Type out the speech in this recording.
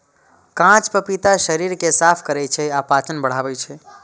कांच पपीता शरीर कें साफ करै छै आ पाचन बढ़ाबै छै